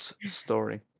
story